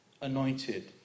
anointed